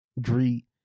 greet